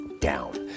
down